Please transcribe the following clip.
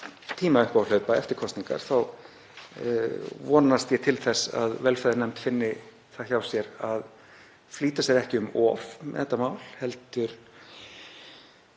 tíma upp á að hlaupa eftir kosningar þá vonast ég til þess að velferðarnefnd finni það hjá sér að flýta sér ekki um of með þetta mál heldur